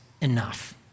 enough